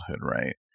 right